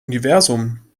universum